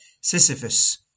Sisyphus